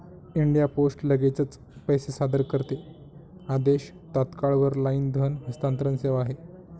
India Post लगेचच पैसे सादर करते आदेश, तात्काळ वर लाईन धन हस्तांतरण सेवा आहे